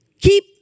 keep